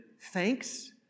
thanks